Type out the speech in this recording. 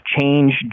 change